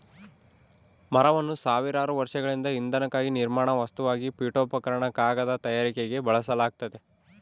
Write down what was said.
ಮರವನ್ನು ಸಾವಿರಾರು ವರ್ಷಗಳಿಂದ ಇಂಧನಕ್ಕಾಗಿ ನಿರ್ಮಾಣ ವಸ್ತುವಾಗಿ ಪೀಠೋಪಕರಣ ಕಾಗದ ತಯಾರಿಕೆಗೆ ಬಳಸಲಾಗ್ತತೆ